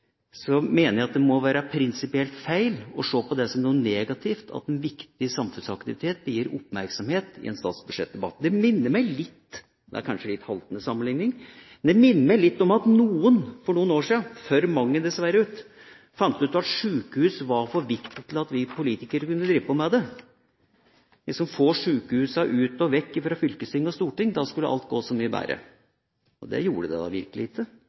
Så det går ikke an å abdisere fra politikken. For det andre mener jeg at det må være prinsipielt feil å se på det som noe negativt at en viktig samfunnsaktivitet blir viet oppmerksomhet i en statsbudsjettdebatt. Det minner meg litt om – det er kanskje en litt haltende sammenlikning – at noen for noen år siden, for mange, dessverre, fant ut at sjukehus var for viktig til at vi politikere kunne drive på med det. Man skulle liksom få sjukehusene ut og vekk fra fylkesting og storting, for da skulle alt gå så mye bedre. Og det gjorde det